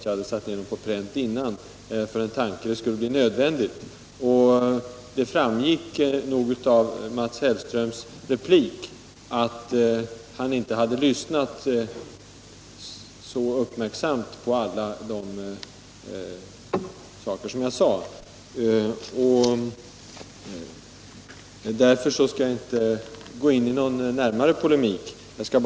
Av herr Hellströms replik framgick emellertid att han inte hade lyssnat särskilt uppmärksamt på vad jag sade. Därför skall jag inte gå in i någon närmare polemik med honom.